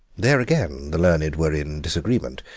there again the learned were in disagreement.